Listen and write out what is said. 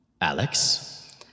Alex